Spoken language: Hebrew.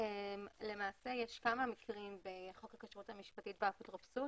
למעשה יש כמה מקרים בחוק הכשרות המשפטית והאפוטרופוסות